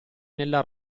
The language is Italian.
nella